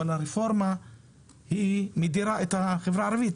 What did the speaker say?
אבל הרפורמה מדירה את החברה הערבית.